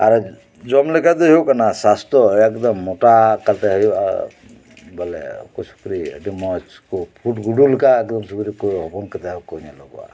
ᱟᱨ ᱡᱚᱢ ᱞᱮᱠᱟᱛᱮ ᱦᱩᱭᱩᱜ ᱠᱟᱱᱟ ᱥᱟᱥᱛᱚ ᱮᱠᱫᱚᱢ ᱢᱚᱴᱟ ᱠᱟᱛᱮᱭ ᱦᱩᱭᱩᱜᱼᱟ ᱵᱚᱞᱮ ᱩᱱᱠᱩ ᱥᱩᱠᱨᱤ ᱟᱹᱰᱤ ᱢᱚᱸᱡ ᱠᱚ ᱯᱩᱰ ᱜᱩᱰᱳ ᱞᱮᱠᱟ ᱮᱠᱫᱚ ᱥᱩᱠᱨᱤ ᱠᱚ ᱦᱚᱯᱚᱱ ᱠᱟᱛᱮ ᱦᱚᱠᱚ ᱧᱮᱞᱚᱜᱚᱜᱼᱟ